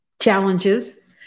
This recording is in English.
challenges